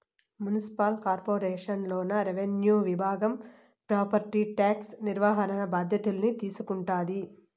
municipal corporation లోన revenue విభాగం property tax నిర్వహణ బాధ్యతల్ని తీసుకుంటాది